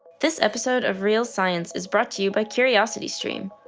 this episode of real science is brought to you by curiosity stream.